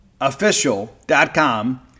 official.com